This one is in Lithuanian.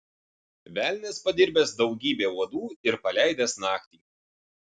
velnias padirbęs daugybę uodų ir paleidęs naktį